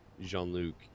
Jean-Luc